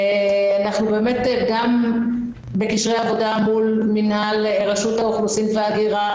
אנחנו בקשרי עבודה גם מול מינהל רשות האוכלוסין וההגירה,